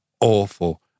awful